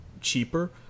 cheaper